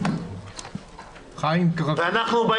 אני מצטער,